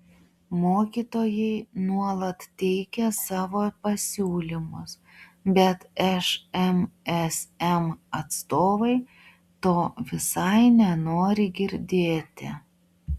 mokytojai nuolat teikia savo pasiūlymus bet šmsm atstovai to visai nenori girdėti